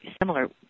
similar